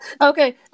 Okay